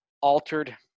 altered